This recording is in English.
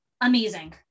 Amazing